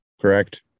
correct